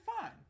fine